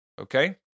okay